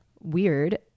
weird